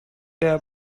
der